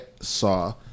saw